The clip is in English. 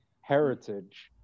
heritage